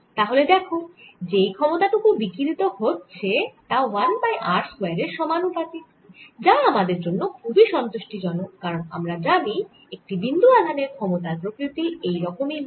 তাহলে দেখো যেই ক্ষমতা টুকু বিকিরিত হচ্ছে তা 1 বাই r স্কয়ার এর সমানুপাতিক যা আমাদের জন্য খুবই সন্তুষ্টিজনক কারণ আমরা জানি একটি বিন্দু আধানের ক্ষমতার প্রকৃতি এই রকমই হয়